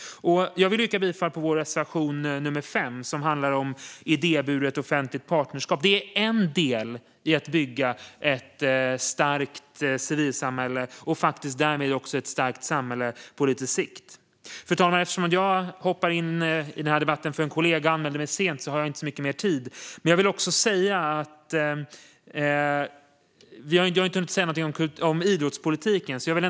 Jag vill yrka bifall till vår reservation nr 5, som handlar om idéburet offentligt partnerskap. Det är en del i att bygga ett starkt civilsamhälle och därmed också ett starkt samhälle på lite längre sikt. Fru talman! Eftersom jag hoppar in i denna debatt för en kollega och anmälde mig sent har jag inte så mycket mer tid, men jag vill ändå säga något om idrottspolitiken.